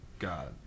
God